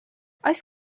oes